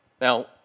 Now